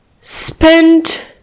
spent